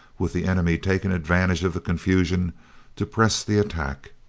with the enemy taking advantage of the confusion to press the attack.